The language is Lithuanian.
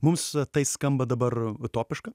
mums tai skamba dabar utopiška